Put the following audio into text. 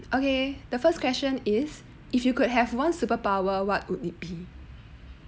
okay the first question is if you could have one superpower what would it be